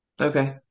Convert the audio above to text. Okay